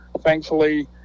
Thankfully